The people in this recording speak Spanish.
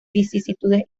vicisitudes